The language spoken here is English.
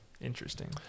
interesting